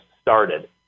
started